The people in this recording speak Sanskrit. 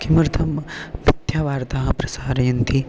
किमर्थं नृत्यवार्ताः प्रसारयन्ति